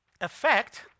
effect